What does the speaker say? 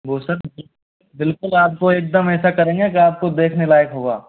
वो सर बिलकुल आपको एकदम ऐसा करेंगे कि आपको देखने लायक होगा